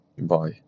bye